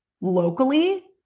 locally